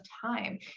time